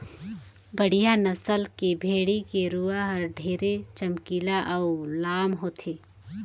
बड़िहा नसल के भेड़ी के रूवा हर ढेरे चमकीला अउ लाम होथे